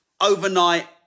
overnight